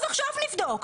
אז עכשיו נבדוק,